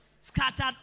Scattered